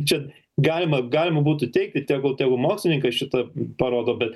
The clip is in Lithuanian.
čia galima galima būtų teigti tegul tegu mokslininkai šitą parodo bet